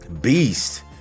beast